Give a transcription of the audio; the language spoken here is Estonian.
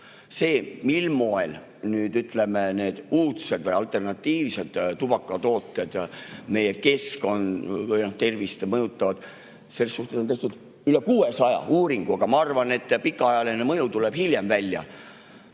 Selle kohta, mil moel need uudsed või alternatiivsed tubakatooted meie keskkonda ja tervist mõjutavad, on tehtud üle 600 uuringu, aga ma arvan, et pikaajaline mõju tuleb hiljem välja.